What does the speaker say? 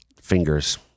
fingers